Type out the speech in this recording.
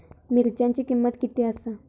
मिरच्यांची किंमत किती आसा?